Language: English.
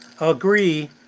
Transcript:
agree